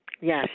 Yes